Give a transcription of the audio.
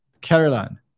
Caroline